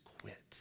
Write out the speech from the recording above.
quit